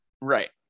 Right